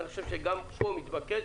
אני חושב שגם פה מתבקש.